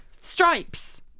Stripes